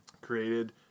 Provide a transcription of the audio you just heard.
created